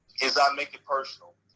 is i make it personal,